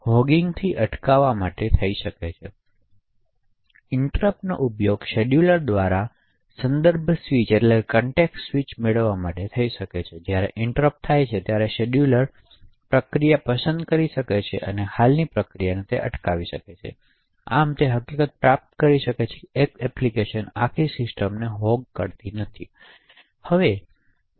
તેથી ઈંટરપટનો ઉપયોગ શેડ્યૂલર્સ દ્વારા સંદર્ભ સ્વિચિંગ મેળવવા માટે થઈ શકે છે તેથી જ્યારે ઈંટરપટ થાય છે ત્યારે શેડ્યૂલર પ્રક્રિયા પસંદ કરી શકે છે અને હાલની પ્રક્રિયાને અટકાવી શકે છે આમ તે હકીકત પ્રાપ્ત કરી શકે છે કે એક એપ્લિકેશન આખી સિસ્ટમને હોગ કરતી નથી